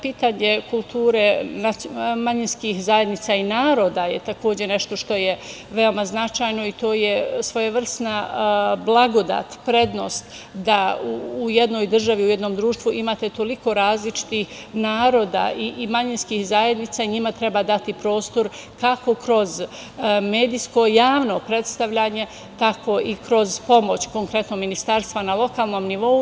Pitanje kulture manjinskih zajednica i naroda je takođe nešto što je veoma značajno i to je svojevrsna blagodat, prednost, da u jednoj državi, u jednom društvu imate toliko različitih naroda i manjinskih zajednica i njima treba dati prostor, kako kroz medijsko javno predstavljanje, tako i kroz pomoć, konkretno ministarstva na lokalnom nivou.